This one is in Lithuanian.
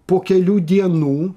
po kelių dienų